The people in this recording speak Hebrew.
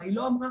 מה היא לא אמרה.